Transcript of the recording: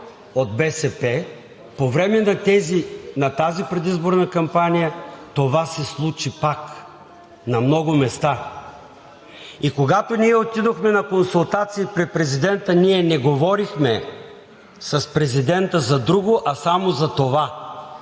от БСП, по време на тази предизборна кампания това се случи пак на много места. Когато ние отидохме на консултации при президента, ние не говорихме с президента за друго, а само за това